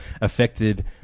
affected